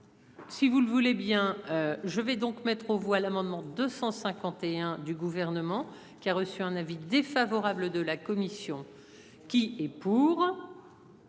Si vous le voulez bien je vais donc mettre aux voix l'amendement 251 du gouvernement qui a reçu un avis défavorable de la commission. Qui est pour.